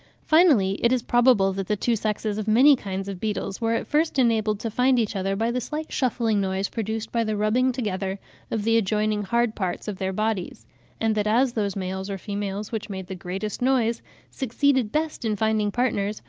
finally, it is probable that the two sexes of many kinds of beetles were at first enabled to find each other by the slight shuffling noise produced by the rubbing together of the adjoining hard parts of their bodies and that as those males or females which made the greatest noise succeeded best in finding partners,